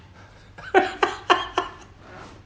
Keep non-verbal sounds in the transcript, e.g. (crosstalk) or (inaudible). (laughs)